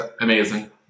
Amazing